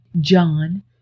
John